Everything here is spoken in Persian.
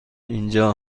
اینجا